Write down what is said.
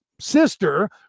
sister